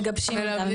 מגבשים עמדה ממשלתית.